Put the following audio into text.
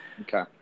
Okay